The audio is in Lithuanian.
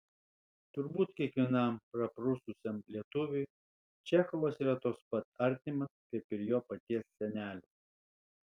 turbūt kiekvienam praprususiam lietuviui čechovas yra toks pat artimas kaip ir jo paties senelis